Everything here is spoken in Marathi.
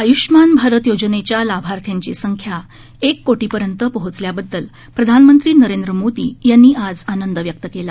आय्ष्मान भारत योजनेच्या लाभार्थ्यांची संख्या एक कोटींपर्यंत पोहचल्याबददल प्रधानमंत्री नरेंद्र मोदी यांनी आज आनंद व्यक्त केला